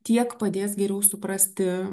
tiek padės geriau suprasti